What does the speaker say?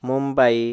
Mumbai